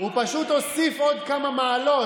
הוא פשוט הוסיף עוד כמה מעלות,